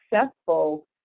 successful